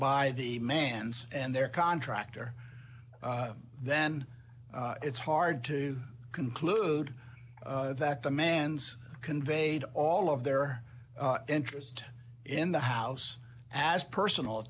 by the man's and their contractor then it's hard to conclude that the man's conveyed all of their interest in the house as personal